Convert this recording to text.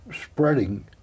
spreading